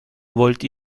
wollt